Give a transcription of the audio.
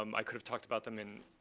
um i could've talked about them in